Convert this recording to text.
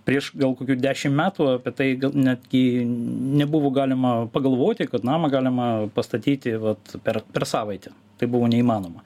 prieš gal kokių dešim metų apie tai gal netgi nebuvo galima pagalvoti kad namą galima pastatyti vat per savaitę tai buvo neįmanoma